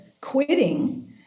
quitting